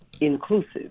inclusive